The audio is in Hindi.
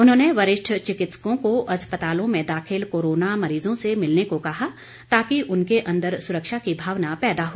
उन्होंने वरिष्ठ चिकित्सकों को अस्पतालों में दाखिल कोरोना मरीजों से मिलने को कहा ताकि उनके अंदर सुरक्षा की भावना पैदा हो